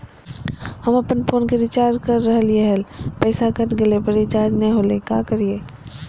हम अपन फोन के रिचार्ज के रहलिय हल, पैसा कट गेलई, पर रिचार्ज नई होलई, का करियई?